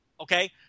Okay